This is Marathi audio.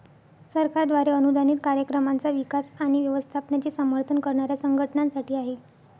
सरकारद्वारे अनुदानित कार्यक्रमांचा विकास आणि व्यवस्थापनाचे समर्थन करणाऱ्या संघटनांसाठी आहे